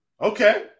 Okay